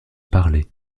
parler